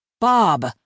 Bob